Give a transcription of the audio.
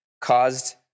caused